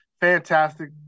fantastic